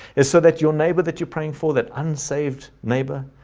is so that your neighbor that you're praying for that unsaved neighbor,